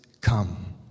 come